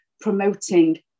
promoting